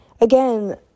again